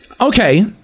okay